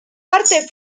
parte